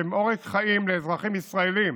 שהן עורק חיים לאזרחים ישראלים